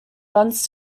runs